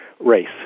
race